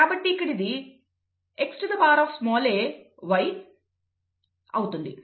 కాబట్టి ఇక్కడ ఇది XaY అవుతుంది